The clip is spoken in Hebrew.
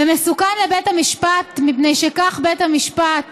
ומסוכן לבית המשפט, מפני שכך בית המשפט